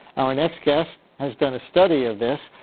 our next guest has done a study of this,